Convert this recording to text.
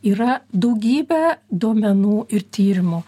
yra daugybė duomenų ir tyrimų